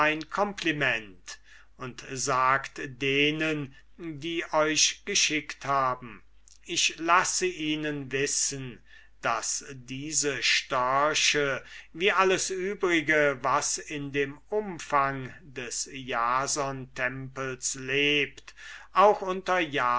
compliment und sagt denen die euch geschickt haben ich lasse ihnen wissen daß diese störche wie alles übrige was in dem umfang des jasontempels lebt unter